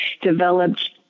developed